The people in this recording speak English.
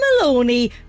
Maloney